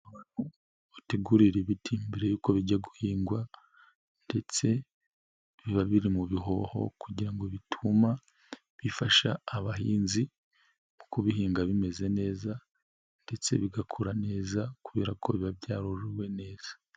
Utegurire ibiti mbere yuko bijya guhingwa ndetse biba biri mu bihoho kugira ngo bituma bifasha abahinzi mu kubihinga bimeze neza ndetse bigakura neza kubera ko biba byarorowe neza.